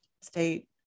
state